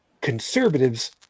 conservatives